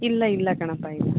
ಇಲ್ಲ ಇಲ್ಲ ಕಣಪ್ಪ ಇಲ್ಲ